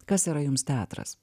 kas yra jums teatras